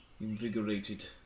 Invigorated